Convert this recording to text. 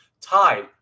tied